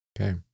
Okay